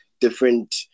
different